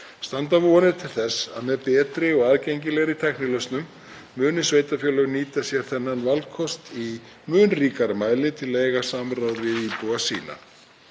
standa vonir til þess að með betri og aðgengilegri tæknilausnum muni sveitarfélögin nýta sér þennan valkost í mun ríkara mæli til að eiga samráð við íbúa sína.